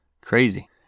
Crazy